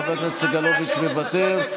חבר הכנסת סגלוביץ' מוותר,